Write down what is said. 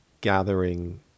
gathering